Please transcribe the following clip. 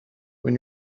when